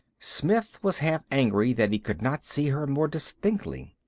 smith was half angry that he could not see her more distinctly.